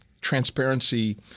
transparency